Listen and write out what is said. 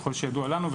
ככל שידוע לנו.